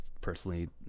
personally